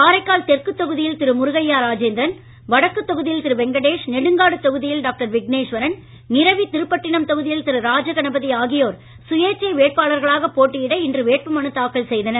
காரைக்கால் தெற்கு தொகுதியில் திரு முருகையா ராஜேந்திரன் வடக்கு தொகுதியில் திரு வெங்கடேஷ் நெடுங்காடு தொகுதியில் டாக்டர் விக்னேஷ்வரன் நிரவி திருப்பட்டினம் தொகுதியில் திரு ராஜகணபதி ஆகியோர் சுயேட்சை வேட்பாளர்களாக போட்டியிட இன்று வேட்பு மனு தாக்கல் செய்தனர்